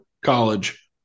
college